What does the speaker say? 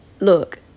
look